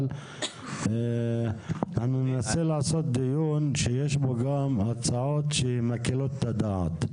אבל ננסה לעשות דיון שיש בו גם הצעות שמתקבלות על הדעת.